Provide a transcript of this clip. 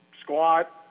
squat